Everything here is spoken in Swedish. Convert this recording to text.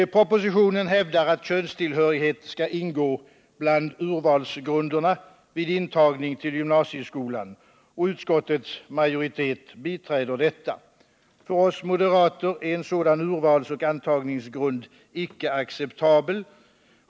Propositionen hävdar att könstillhörighet skall ingå bland urvalsgrunderna vid intagning till gymnasieskolan. Utskottets majoritet biträder detta förslag. För oss moderater är en sådan urvalsoch antagningsgrund icke acceptabel.